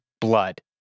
blood